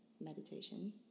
meditation